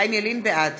בעד